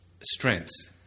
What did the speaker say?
strengths